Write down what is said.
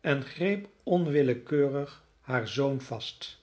en greep onwillekeurig haar zoon vast